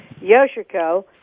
Yoshiko